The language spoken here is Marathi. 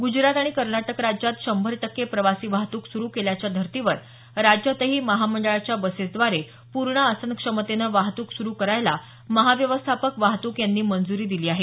गुजरात आणि कर्नाटक राज्यात शंभर टक्के प्रवासी वाहतूक सुरु केल्याच्या धर्तीवर राज्यातही महामंडळाच्या बसेसद्वारे पूर्ण आसन क्षमतेनं वाहतूक सुरु करायला महाव्यवस्थापक वाहतूक यांनी मंजुरी दिली आहे